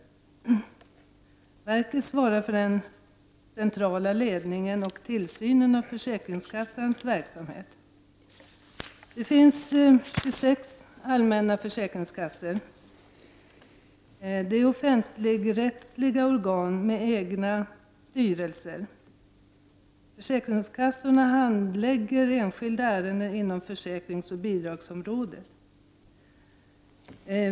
Verket svarar för den centrala ledningen och tillsynen av försäkringskassornas verksamhet. Det finns 26 allmänna försäkringskassor. De är offentligrättsliga organ med egna styrelser. Försäkringskassorna handlägger enskilda ärenden inom försäkringsoch bidragsområden.